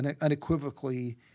unequivocally